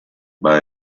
buy